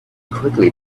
quickly